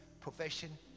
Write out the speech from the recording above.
profession